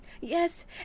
Yes